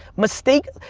mistake,